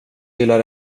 gillar